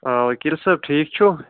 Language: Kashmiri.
آ ؤکیٖل صٲب ٹھیٖک چھُو